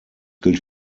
gilt